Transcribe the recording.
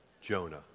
Jonah